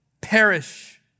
perish